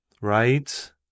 right